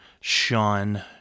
Sean